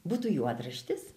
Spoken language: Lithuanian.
būtų juodraštis